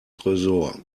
tresor